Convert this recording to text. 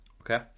Okay